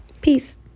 peace